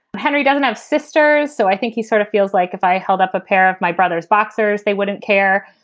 henry doesn't have sisters. so i think he sort of feels like if i held up a pair of my brother's boxers, they wouldn't care.